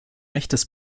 echtes